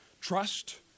Trust